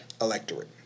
electorate